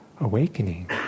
awakening